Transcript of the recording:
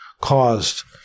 caused